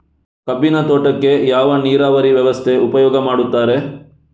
ಕಬ್ಬಿನ ತೋಟಕ್ಕೆ ಯಾವ ನೀರಾವರಿ ವ್ಯವಸ್ಥೆ ಉಪಯೋಗ ಮಾಡುತ್ತಾರೆ?